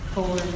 Four